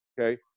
okay